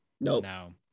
No